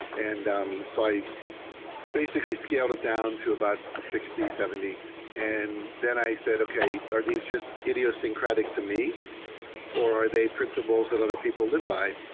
and um so i basically scaled it down to about sixty, seventy and then i said, okay, are these just idiosyncratic to me or are they principles that other people live by?